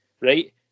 Right